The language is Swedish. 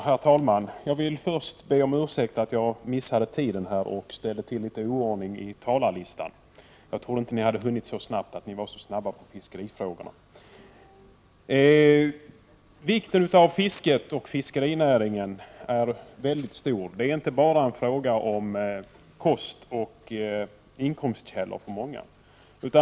Herr talman! Fiskets och fiskerinäringens betydelse är väldigt stor. Det är inte bara fråga om kost och inkomstkällor för många.